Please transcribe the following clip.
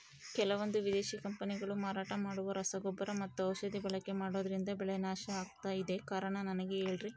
ಕೆಲವಂದು ವಿದೇಶಿ ಕಂಪನಿಗಳು ಮಾರಾಟ ಮಾಡುವ ರಸಗೊಬ್ಬರ ಮತ್ತು ಔಷಧಿ ಬಳಕೆ ಮಾಡೋದ್ರಿಂದ ಬೆಳೆ ನಾಶ ಆಗ್ತಾಇದೆ? ಕಾರಣ ನನಗೆ ಹೇಳ್ರಿ?